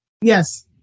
Yes